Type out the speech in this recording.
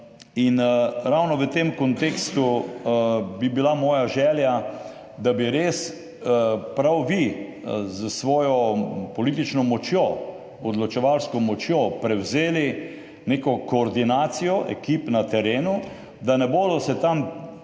Ravno v tem kontekstu bi bila moja želja, da bi res prav vi s svojo politično, odločevalsko močjo prevzeli neko koordinacijo ekip na terenu, da se ne bodo tam